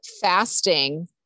fasting